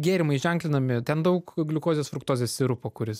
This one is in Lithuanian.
gėrimai ženklinami ten daug gliukozės fruktozės sirupo kuris